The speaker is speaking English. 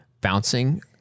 bouncing